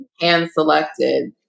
hand-selected